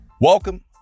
Welcome